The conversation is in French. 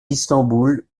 istanbul